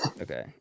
Okay